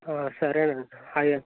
సరే అండి అయ్య